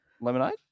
lemonade